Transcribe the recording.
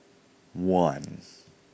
one